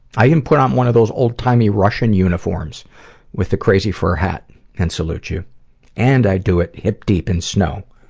i even put on one of those old-timey russian uniforms with the crazy fur hat and salute you and i do it hip deep in snow.